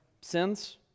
sins